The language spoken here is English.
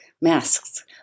masks